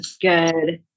good